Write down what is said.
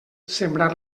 sembrar